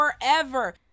forever